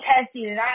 testing